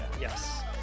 yes